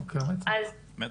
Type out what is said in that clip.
מצ"ח.